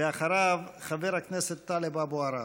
ואחריו, חבר הכנסת טלב אבו עראר.